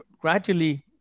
gradually